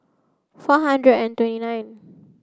four hundred and twenty nine